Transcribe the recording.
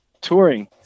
Touring